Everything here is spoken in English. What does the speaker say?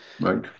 Right